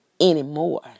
Anymore